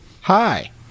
Hi